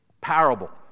parable